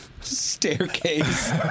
staircase